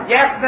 Yes